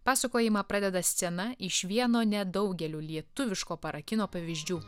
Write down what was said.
pasakojimą pradeda scena iš vieno nedaugelių lietuviško parakino pavyzdžių